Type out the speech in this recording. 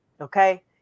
Okay